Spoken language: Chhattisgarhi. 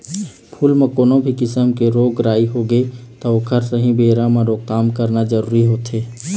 फूल म कोनो भी किसम के रोग राई होगे त ओखर सहीं बेरा म रोकथाम करना जरूरी होथे